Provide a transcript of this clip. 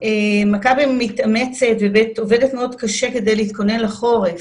מכבי מתאמצת ועובדת מאוד קשה כדי להתכונן לחורף.